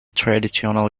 traditional